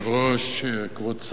כבוד שר הדתות,